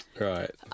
Right